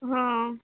ହଁ